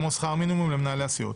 כמו שכר מינימום למנהלי הסיעות.